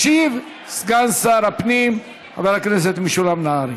ישיב סגן שר הפנים חבר הכנסת משולם נהרי.